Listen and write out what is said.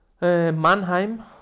Mannheim